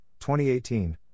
2018